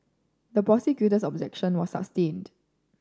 the prosecutor's objection was sustained